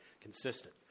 Consistent